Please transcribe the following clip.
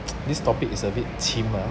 this topic is a bit chim ah